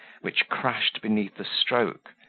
which crashed beneath the stroke,